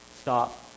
Stop